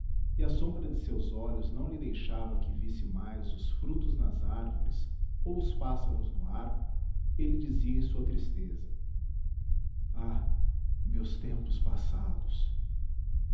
e a sombra de seus olhos não lhe deixava que visse mais os frutos nas árvores ou os pássaros no ar ele dizia em sua tristeza ah meus tempos passados